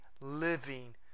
living